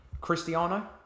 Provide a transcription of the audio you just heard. Cristiano